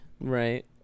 Right